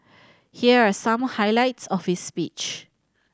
here are some highlights of his speech